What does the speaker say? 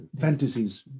Fantasies